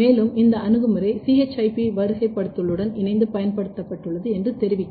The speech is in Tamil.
மேலும் இந்த அணுகுமுறை ChIP வரிசைப்படுத்தலுடன் இணைந்து பயன்படுத்தப்பட்டுள்ளது என்று தெரிவிக்கிறது